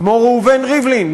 כמו ראובן ריבלין,